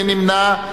מי נמנע?